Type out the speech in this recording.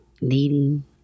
Needing